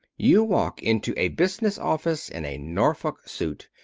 you walk into a business office in a norfolk suit,